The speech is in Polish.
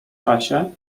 czasie